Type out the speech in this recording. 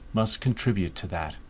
must contribute to that,